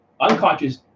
unconscious